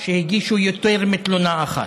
שהגישו יותר מתלונה אחת.